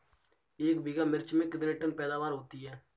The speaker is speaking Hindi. एक बीघा मिर्च में कितने टन पैदावार होती है?